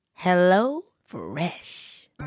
HelloFresh